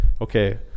Okay